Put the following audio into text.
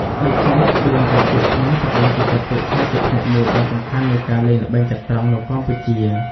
ដូច្នេះ ក្បួនរាប់យកស្មើត្រូវបានគេចាត់ទុកថាជាផ្នែកមួយដ៏សំខាន់នៃការលេងល្បែងចត្រង្គនៅកម្ពុជា។